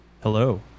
Hello